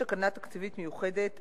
יש תקנה תקציבית מיוחדת